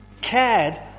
cared